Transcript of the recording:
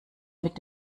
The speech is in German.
mit